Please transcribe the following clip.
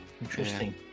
Interesting